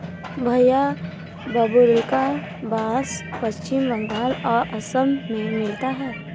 भईया बाबुल्का बास पश्चिम बंगाल और असम में मिलता है